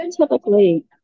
typically